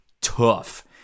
tough